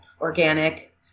organic